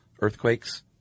earthquakes